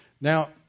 Now